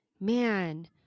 Man